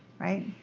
right?